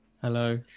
Hello